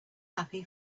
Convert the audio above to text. happy